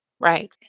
Right